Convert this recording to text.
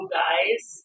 guys